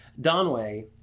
Donway